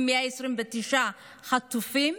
עם 129 החטופים,